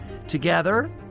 Together